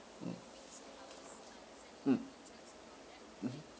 mm mm mmhmm